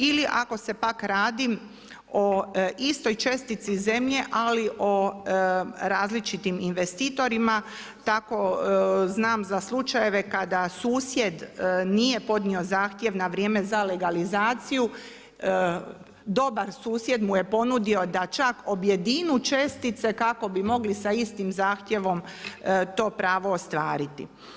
Ili ako se pak radi o istoj čestici zemlje, ali o različitim investitorima, tako znam za slučajeve kada susjed nije podnio zahtjev na vrijeme za legalizaciju, dobar susjed mu je ponudio da čak objedine čestice kako bi mogli sa istim zahtjevom to pravo ostvariti.